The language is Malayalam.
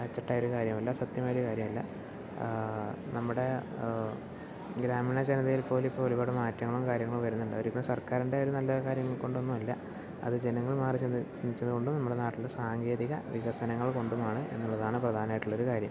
അച്ചട്ടായൊരു കാര്യമല്ല സത്യമായൊരു കാര്യമല്ല നമ്മുടെ ഗ്രാമീണ ജനതയിൽ പോലും ഇപ്പോൾ ഒരുപാട് മാറ്റങ്ങളും കാര്യങ്ങളും വരുന്നുണ്ട് ഒരിക്കലും സർക്കാരിൻ്റെ ഒരു നല്ല കാര്യങ്ങൾ കൊണ്ടൊന്നും അല്ല അത് ജനങ്ങൾ മാറി ചിന്തി ചിന്തിച്ചതുകൊണ്ടും നമ്മുടെ നാട്ടില് സാങ്കേതിക വികസനങ്ങൾ കൊണ്ടുമാണ് എന്നുള്ളതാണ് പ്രധാനമായിട്ടുള്ളൊരു കാര്യം